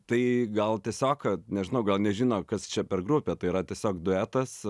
tai gal tiesiog nežinau gal nežino kas čia per grupė tai yra tiesiog duetas